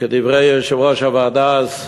כדברי יושב-ראש הוועדה אז,